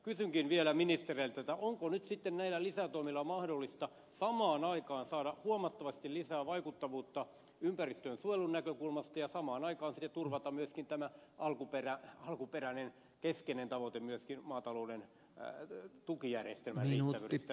kysynkin vielä ministereiltä onko nyt sitten näillä lisätoimilla mahdollista samaan aikaan saada huomattavasti lisää vaikuttavuutta ympäristönsuojelun näkökulmasta ja samaan aikaan sitten turvata myöskin tämä alkuperäinen keskeinen tavoite maatalouden tukijärjestelmän riittävyydestä viljelijöille